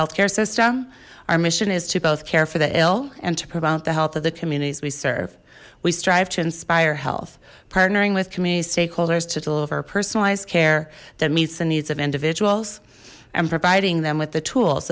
health care system our mission is to both care for the ill and to prevent the health of the communities we serve we strive to inspire health partnering with community stakeholders to deliver personalized care that meets the needs of individuals and providing them with the tools